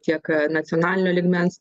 tiek nacionalinio lygmens